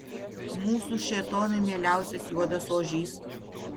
mūsų šėtonui mieliausias juodas ožys